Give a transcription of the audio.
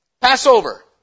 Passover